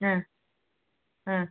ಹಾಂ ಹಾಂ